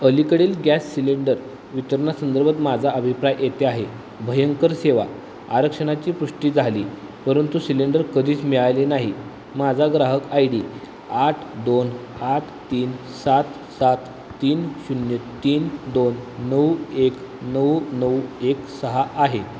अलीकडील gas cylinder वितरणासंदर्भात माझा अभिप्राय येथे आहे भयंकर सेवा आरक्षणाची पुष्टी झाली परंतु सिलेंडर कधीच मिळाले नाही माझा ग्राहक आय डी आठ दोन आठ तीन सात सात तीन शून्य तीन दोन नऊ एक नऊ नऊ एक सहा आहे